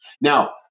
Now